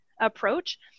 approach